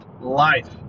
Life